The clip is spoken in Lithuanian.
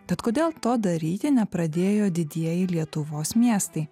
tad kodėl to daryti nepradėjo didieji lietuvos miestai